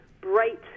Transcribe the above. bright